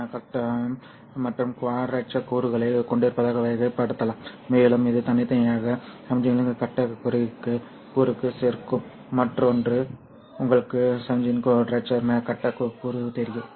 சத்தம் கட்டம் மற்றும் குவாட்ரேச்சர் கூறுகளைக் கொண்டிருப்பதாக வகைப்படுத்தலாம் மேலும் இது தனித்தனியாக சமிக்ஞையின் கட்டக் கூறுக்குச் சேர்க்கும் மற்றொன்று உங்களுக்கு சமிக்ஞையின் குவாட்ரேச்சர் கட்டக் கூறு தெரியும்